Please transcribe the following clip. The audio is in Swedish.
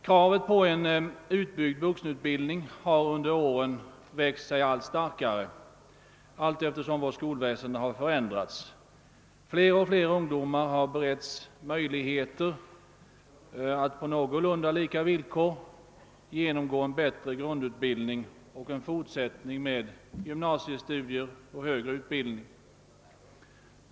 Kravet på en utbyggd vuxenutbildning har under åren växt sig starkare allteftersom vårt skolväsende har förändrats. Fler och fler ungdomar har beretts möjligheter att på någorlunda lika villkor genomgå en bättre grundutbildning och forsätta med gymnasiestudier och högre utbildning.